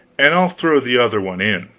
and i'll throw the other one in.